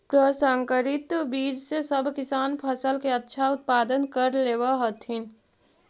प्रसंकरित बीज से सब किसान फसल के अच्छा उत्पादन कर लेवऽ हथिन